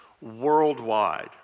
worldwide